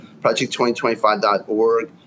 project2025.org